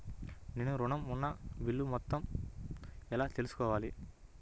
నేను ఋణం ఉన్న బిల్లు మొత్తం ఎలా తెలుసుకోవాలి?